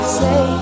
say